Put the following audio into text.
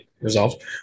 resolved